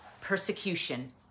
persecution